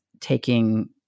taking